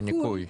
הניכוי,